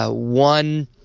ah one.